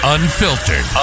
Unfiltered